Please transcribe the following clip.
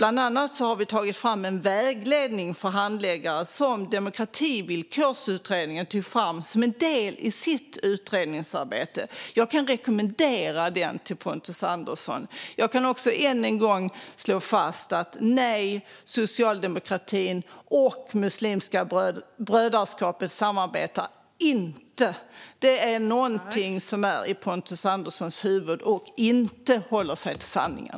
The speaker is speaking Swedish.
Bland annat har vi tagit fram en vägledning för handläggare som Demokrativillkorsutredningen tog fram som en del i sitt utredningsarbete. Jag kan rekommendera Pontus Andersson att läsa den. Jag kan också än en gång slå fast: Nej, socialdemokratin och Muslimska brödskaskapet samarbetar inte. Det är någonting som finns i Pontus Anderssons huvud och som inte stämmer överens med sanningen.